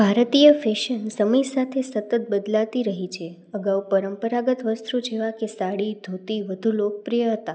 ભારતીય ફેશન સમય સાથે સતત બદલાતી રહી છે અગાઉ પરંપરાગત વસ્તુઓ જેવા કે સાડી ધોતી વધુ લોકપ્રિય હતા